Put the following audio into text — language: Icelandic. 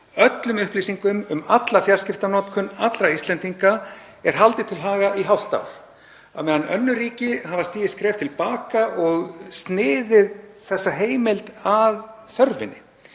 Öllum upplýsingum um alla fjarskiptanotkun allra Íslendinga er haldið til haga í hálft ár á meðan önnur ríki hafa stigið skref til baka og sniðið þessa heimild að þörfinni